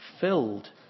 filled